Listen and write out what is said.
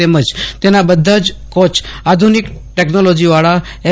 તેમજ તેના બધા જ કોચ આધુનિક ટેક્નોલોજીવાળા એલ